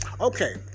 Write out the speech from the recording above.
Okay